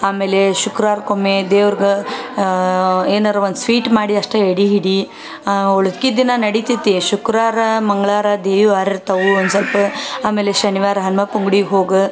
ಆಮೇಲೆ ಶುಕ್ರವಾರಕ್ಕೆ ಒಮ್ಮೆ ದೇವ್ರ್ದು ಏನಾರ ಒಂದು ಸ್ವೀಟ್ ಮಾಡಿ ಅಷ್ಟೆ ಎಡೆ ಹಿಡಿ ಉಳ್ಕೆದು ದಿನ ನಡಿತೈತಿ ಶುಕ್ರವಾರ ಮಂಗಳವಾರ ದೇವಿ ವಾರ ಇರ್ತವೆ ಒಂದು ಸ್ವಲ್ಪ ಆಮೇಲೆ ಶನಿವಾರ ಹನುಮಪ್ಪನ ಗುಡಿಗೆ ಹೋಗಿ